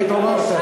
איך התעוררת?